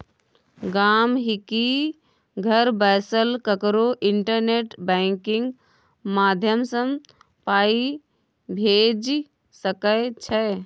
गांहिकी घर बैसल ककरो इंटरनेट बैंकिंग माध्यमसँ पाइ भेजि सकै छै